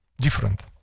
different